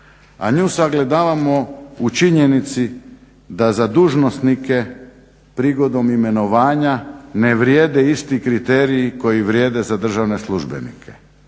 a nju sagledavamo u činjenici da za dužnosnike prigodom imenovanja ne vrijede isti kriteriji koji vrijede za državne službenike.